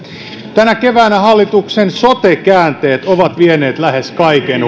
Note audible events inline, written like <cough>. tänä keväänä hallituksen sote käänteet ovat vieneet lähes kaiken <unintelligible>